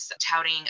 touting